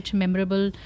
memorable